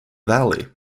valley